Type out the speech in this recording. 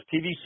TV